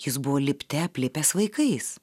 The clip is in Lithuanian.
jis buvo lipte aplipęs vaikais